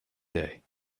day